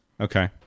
Okay